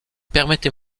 permettez